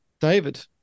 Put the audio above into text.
David